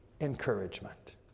encouragement